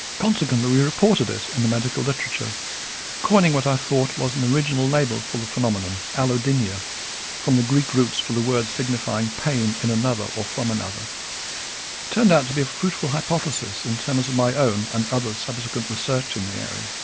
consequently we reported it in the medical literature coining what i thought was an original label for the phenomenon allodynia from the greek roots for the words signifying pain in another or from another. it turned out to be a fruitful hypothesis in terms of my own and others' subsequent research in the area,